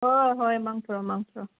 ꯍꯣꯏ ꯍꯣꯏ ꯃꯪ ꯐꯔꯣ ꯃꯪ ꯐꯔꯣ